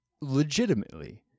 Legitimately